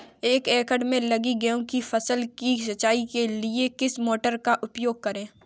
एक एकड़ में लगी गेहूँ की फसल की सिंचाई के लिए किस मोटर का उपयोग करें?